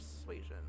persuasion